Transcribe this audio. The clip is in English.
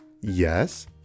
Yes